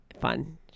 fun